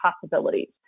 possibilities